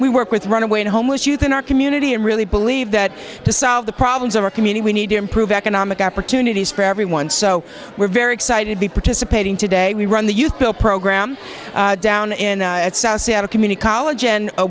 we work with runaway homeless youth in our community and really believe that to solve the problems of our community we need to improve economic opportunities for everyone so we're very excited be participating today we run the youth build program down in south seattle community college and a